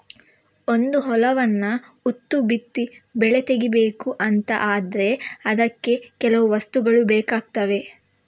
ಒಂದು ಹೊಲವನ್ನ ಉತ್ತು ಬಿತ್ತಿ ಬೆಳೆ ತೆಗೀಬೇಕು ಅಂತ ಆದ್ರೆ ಅದಕ್ಕೆ ಕೆಲವು ವಸ್ತುಗಳು ಬೇಕಾಗ್ತವೆ